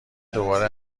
دوباره